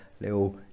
little